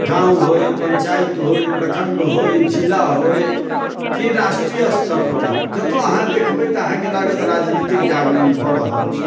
गाँव होइ पंचायत होइ प्रखंड होइ जिला होइ की राष्ट्रीय स्तर पर होइ जतौ अहाँ देखबै तऽ अहाँके लागत राजनीतिक जागरण भऽ रहल छै